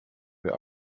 wer